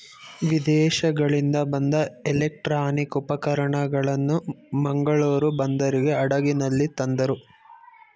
ವಿದೇಶಗಳಿಂದ ಬಂದ ಎಲೆಕ್ಟ್ರಾನಿಕ್ ಉಪಕರಣಗಳನ್ನು ಮಂಗಳೂರು ಬಂದರಿಗೆ ಹಡಗಿನಲ್ಲಿ ತಂದರು